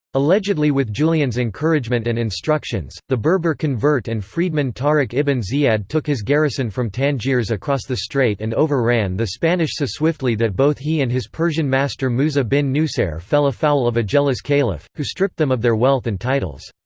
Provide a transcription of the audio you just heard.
allegedly with julian's encouragement and instructions, the berber convert and freedman tariq ibn ziyad took his garrison from tangiers across the strait and overran the spanish so swiftly that both he and his persian master musa bin nusayr fell afoul of a jealous caliph, who stripped them of their wealth and titles.